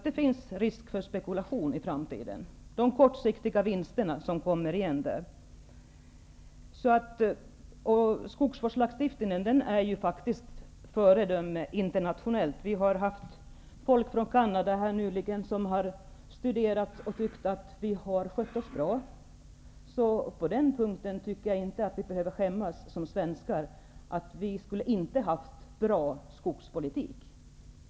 Det finns risk för spekulationer i framtiden -- de kortsiktiga vinsterna. Vår skogsvårdslagstiftning är faktiskt ett föredöme internationellt. Vi har nyligen haft folk från Canada på besök som har studerat vårt skogsbruk och tyckt att vi har skött oss bra. På den punkten tycker jag inte att vi som svenskar behöver skämmas för att vi inte skulle ha haft bra skogspolitik.